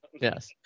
yes